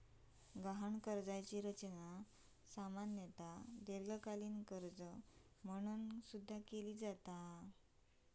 गहाण कर्जाची रचना सामान्यतः दीर्घकालीन कर्जा म्हणून केली जाता